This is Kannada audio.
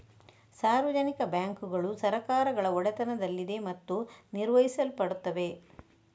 ಸಾರ್ವಜನಿಕ ಬ್ಯಾಂಕುಗಳು ಸರ್ಕಾರಗಳ ಒಡೆತನದಲ್ಲಿದೆ ಮತ್ತು ನಿರ್ವಹಿಸಲ್ಪಡುತ್ತವೆ